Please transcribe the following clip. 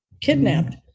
kidnapped